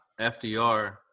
FDR